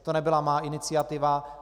To nebyla má iniciativa.